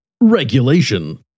regulation